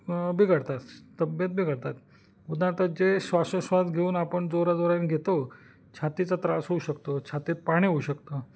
बिघडतात तब्येत बिघडतात उदाहरणार्थ जे श्वासोश्वास घेऊन आपण जोराजोरानं घेतो छातीचा त्रास होऊ शकतो छातीत पाणी होऊ शकतं